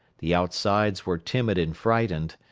the outsides were timid and frightened,